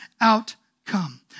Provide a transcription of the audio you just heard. outcome